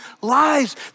lies